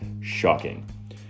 Shocking